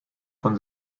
von